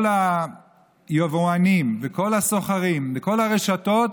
כל היבואנים וכל הסוחרים בכל הרשתות